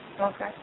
Okay